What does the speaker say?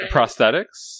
Prosthetics